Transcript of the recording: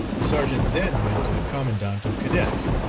the sergeant then went to the commandant of cadets,